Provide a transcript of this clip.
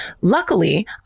Luckily